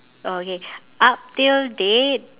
oh okay up till date